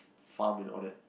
farm and all that